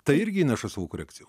tai irgi įneša savų korekcijų